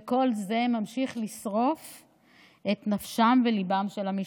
וכל זה ממשיך לשרוף את נפשן וליבן של המשפחות.